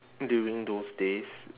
during those days